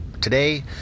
Today